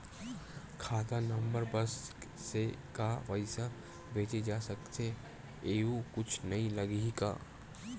खाता नंबर बस से का पईसा भेजे जा सकथे एयू कुछ नई लगही का?